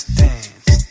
dance